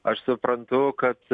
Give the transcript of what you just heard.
aš suprantu kad